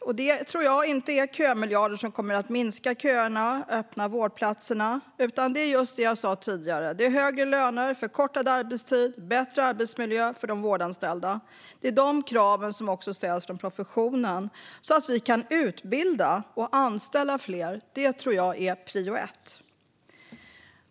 Jag tror inte att det är kömiljarder som kommer att minska köerna och öppna vårdplatserna, utan det är just det som jag sa tidigare, nämligen högre löner, förkortad arbetstid och bättre arbetsmiljö för de vårdanställda - det är också de krav som ställs från professionen - så att vi kan utbilda och anställa fler. Det tror jag är prio ett.